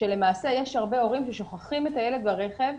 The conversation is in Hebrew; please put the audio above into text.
שלמעשה יש הרבה הורים ששוכחים את הילד ברכב,